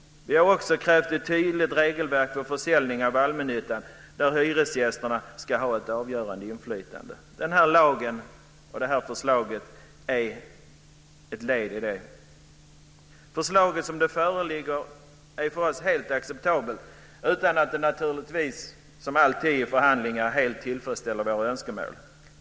Vi har också krävt ett tydligt regelverk för försäljning av allmännyttan där hyresgästerna ska ha ett avgörande inflytande. Det här förslaget är ett led i detta. Förslaget, som det nu föreligger, är för oss helt acceptabelt utan att det - som det alltid är i förhandlingar - helt tillfredsställer våra önskemål.